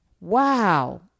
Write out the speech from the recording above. Wow